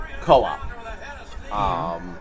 Co-op